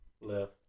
Left